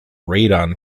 radon